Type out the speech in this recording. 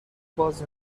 باز